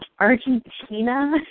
Argentina